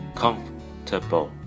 comfortable